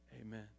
Amen